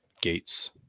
gates